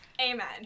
amen